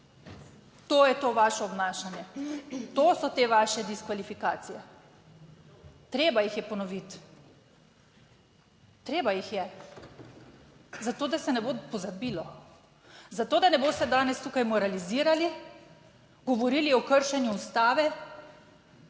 to je to vaše obnašanje in to so te vaše diskvalifikacije. Treba jih je ponoviti, treba jih je zato, da se ne bo pozabilo, zato da ne boste danes tukaj moralizirali, govorili o kršenju Ustave,